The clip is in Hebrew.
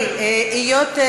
על מה?